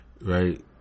right